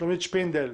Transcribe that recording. שלומית שפינדל.